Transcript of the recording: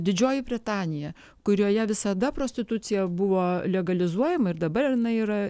didžioji britanija kurioje visada prostitucija buvo legalizuojama ir dabar jinai yra